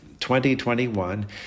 2021